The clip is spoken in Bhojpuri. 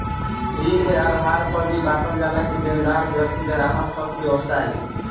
ऋण ए आधार पर भी बॉटल जाला कि देनदार व्यक्ति ग्राहक ह कि व्यवसायी